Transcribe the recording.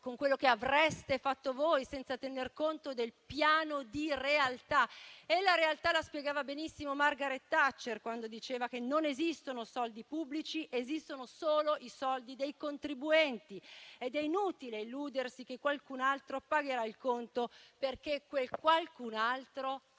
con quello che avreste fatto voi, senza tener conto del piano di realtà e la realtà la spiegava benissimo Margaret Thatcher quando diceva che non esistono soldi pubblici, esistono solo i soldi dei contribuenti ed è inutile illudersi che qualcun altro pagherà il conto, perché quel qualcun altro sono